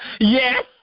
Yes